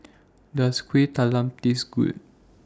Does Kueh Talam Taste Good